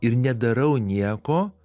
ir nedarau nieko